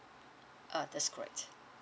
uh that's correct